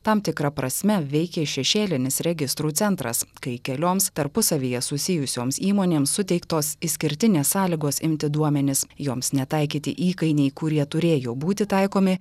tam tikra prasme veikė šešėlinis registrų centras kai kelioms tarpusavyje susijusioms įmonėms suteiktos išskirtinės sąlygos imti duomenis joms netaikyti įkainiai kurie turėjo būti taikomi